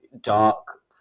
dark